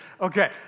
Okay